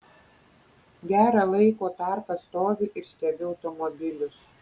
gerą laiko tarpą stoviu ir stebiu automobilius